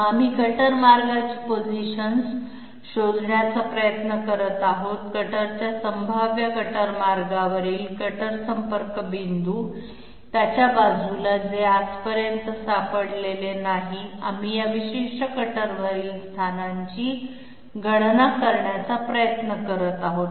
मग आम्ही कटर मार्गाची पोझिशन्स शोधण्याचा प्रयत्न करत आहोत कटरच्या संभाव्य कटर मार्गावरील कटर संपर्क बिंदू त्याच्या बाजूला जे आजपर्यंत सापडलेले नाही आम्ही या विशिष्ट कटरवरील स्थानांची गणना करण्याचा प्रयत्न करत आहोत